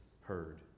heard